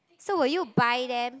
so will you buy them